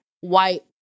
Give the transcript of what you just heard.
white